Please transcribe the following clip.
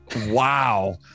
Wow